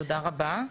תודה רבה.